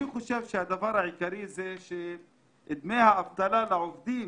אני חושב שהדבר העיקרי הוא שדמי האבטלה לעובדים,